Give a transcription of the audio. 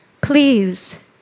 please